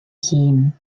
hun